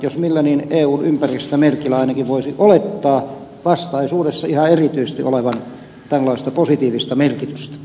jos millä niin eu ympäristömerkillä ainakin voisi olettaa vastaisuudessa ihan erityisesti olevan tällaista positiivista merkitystä